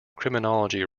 criminology